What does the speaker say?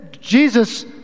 Jesus